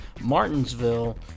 Martinsville